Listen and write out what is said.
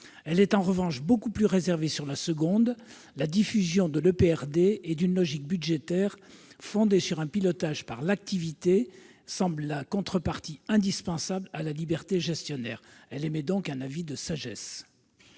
Elle est, en revanche, beaucoup plus réservée sur la seconde : la diffusion de l'EPRD et d'une logique budgétaire fondée sur un pilotage par l'activité semble être la contrepartie indispensable à la liberté gestionnaire. Par conséquent,